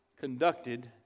conducted